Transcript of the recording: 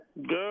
Good